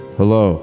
hello